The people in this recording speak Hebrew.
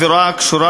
עבירה הקשורה